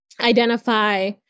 identify